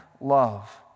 love